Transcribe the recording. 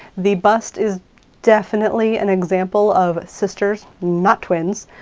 the bust is definitely an example of sisters, not twins,